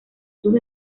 sus